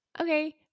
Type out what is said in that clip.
Okay